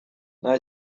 nta